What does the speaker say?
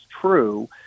true